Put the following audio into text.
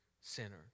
sinner